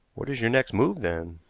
what is your next move, then?